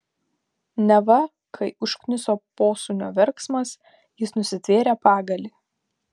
neva kai užkniso posūnio verksmas jis nusitvėrė pagalį